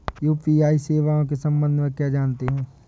UPI सेवाओं के संबंध में क्या जानते हैं?